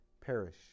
perish